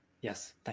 Yes